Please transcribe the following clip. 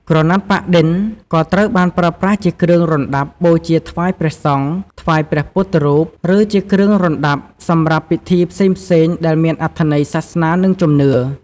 ក្រណាត់ប៉ាក់-ឌិន ក៏ត្រូវបានប្រើប្រាស់ជាគ្រឿងរណ្ដាប់បូជាថ្វាយព្រះសង្ឃ ថ្វាយព្រះពុទ្ធរូប ឬជាគ្រឿងរណ្ដាប់សម្រាប់ពិធីផ្សេងៗដែលមានអត្ថន័យសាសនា និងជំនឿ។